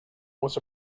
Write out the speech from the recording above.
was